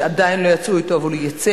שעדיין לא יצאו אתו אבל הוא יצא,